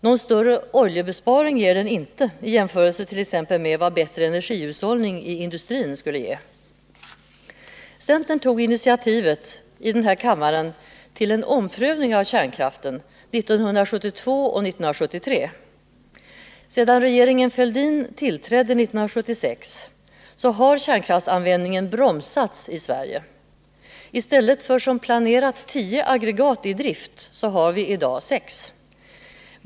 Någon större oljebesparing ger den inte i jämförelse t.ex. med vad bättre energihushållning i industrin skulle ge. Centern tog initiativet i den här kammaren till en omprövning av kärnkraften 1972 och 1973. Sedan regeringen Fälldin tillträdde 1976 har kärnkraftsanvändningen bromsats i Sverige. I stället för att som planerats ha tio aggregat i drift har vi i dag sex.